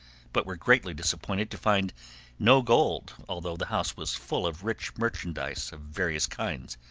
but were greatly disappointed to find no gold, although the house was full of rich merchandise of various kinds.